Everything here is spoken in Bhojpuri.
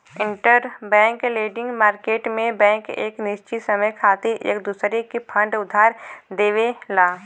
इंटरबैंक लेंडिंग मार्केट में बैंक एक निश्चित समय खातिर एक दूसरे के फंड उधार देवला